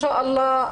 בערבית).